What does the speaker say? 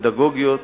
פדגוגיות